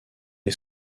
est